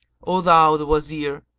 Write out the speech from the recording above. o thou the wazir,